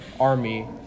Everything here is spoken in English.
army